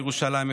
מירושלים,